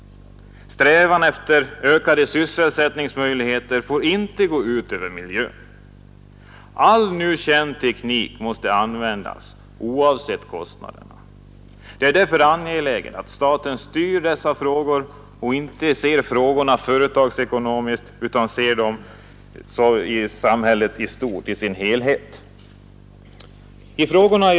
Strävan efter ökade sysselsättningsmöjligheter får inte gå ut över miljön. All nu känd teknik måste användas, oavsett kostnaderna. Det är därför angeläget att staten styr dessa frågor och inte ser frågorna företagsekonomiskt utan ser på samhället i dess helhet.